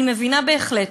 אני מבינה בהחלט.